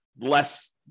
less